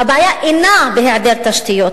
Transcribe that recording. והבעיה אינה רק בהיעדר תשתיות.